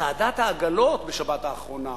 צעדת העגלות בשבת האחרונה,